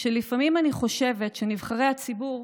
שלפעמים אני חושבת שנבחרי הציבור,